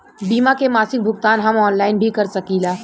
बीमा के मासिक भुगतान हम ऑनलाइन भी कर सकीला?